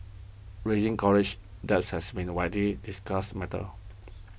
raising college debts has been a widely discussed matter